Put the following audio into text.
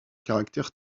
caractère